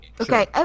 Okay